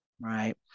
Right